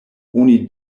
oni